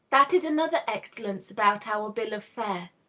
that is another excellence about our bill of fare.